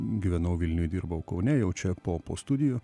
gyvenau vilniuj dirbau kaune jau čia po po studijų